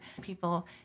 people